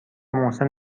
محسن